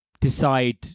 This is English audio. decide